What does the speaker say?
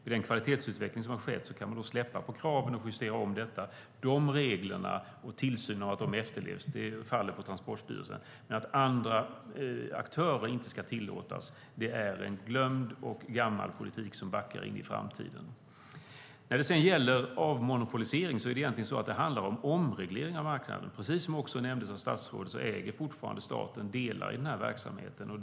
Med den kvalitetsutveckling som har skett kan man nog släppa på kraven och justera om detta. De reglerna och tillsynen av att de efterlevs faller på Transportstyrelsen. Men att andra aktörer inte ska tillåtas är gammal och glömd politik som backar in i framtiden. När det gäller avmonopolisering handlar det egentligen om en omreglering av marknaden. Precis som statsrådet också sade äger staten fortfarande delar av den här verksamheten.